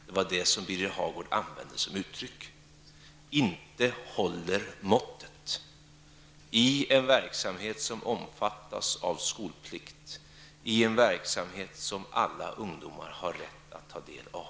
Det var det som Birger Hagård använde som uttryck -- ''inte håller måttet''. Detta sägs om en verksamhet som omfattas av skolplikt, om en verksamhet som alla ungdomar har rätt att ta del av.